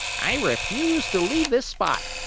i refuse to leave this spot,